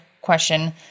question